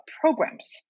programs